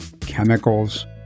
chemicals